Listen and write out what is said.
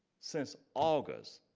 since august.